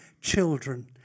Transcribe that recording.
children